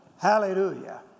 Hallelujah